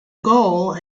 goal